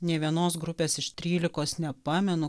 nė vienos grupės iš trylikos nepamenu